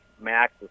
max